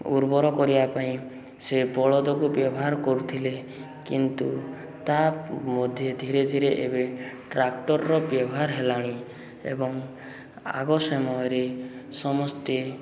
ଉର୍ବର କରିବା ପାଇଁ ସେ ବଳଦକୁ ବ୍ୟବହାର କରୁଥିଲେ କିନ୍ତୁ ତା ମଧ୍ୟ ଧୀରେ ଧୀରେ ଏବେ ଟ୍ରାକ୍ଟରର ବ୍ୟବହାର ହେଲାଣି ଏବଂ ଆଗ ସମୟରେ ସମସ୍ତେ